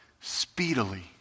speedily